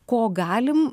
ko galim